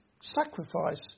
sacrifice